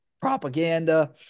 propaganda